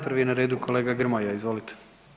Prvi je na redu kolega Grmoja, izvolite.